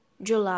july